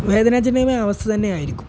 വേദനാജനകമായ അവസ്ഥ തന്നെയായിരിക്കും